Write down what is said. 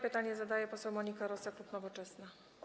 Pytanie zadaje poseł Monika Rosa, klub Nowoczesna.